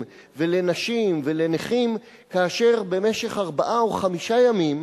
ולנשים ולנכים כאשר במשך ארבעה או חמישה ימים